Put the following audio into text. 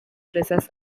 presas